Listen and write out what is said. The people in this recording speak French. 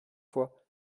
fois